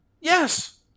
Yes